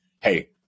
Hey